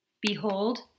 Behold